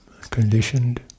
conditioned